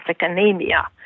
anemia